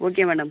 okay madam